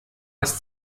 das